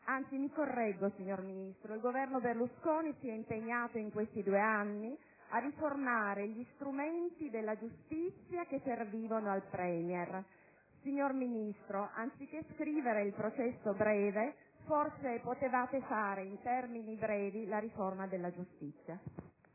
anzi, mi correggo, signor Ministro: il Governo Berlusconi si è impegnato in questi due anni a riformare gli strumenti della giustizia che servivano al *Premier*. Anziché scrivere il processo breve, forse avreste potuto fare in termini brevi la riforma della giustizia.